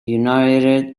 united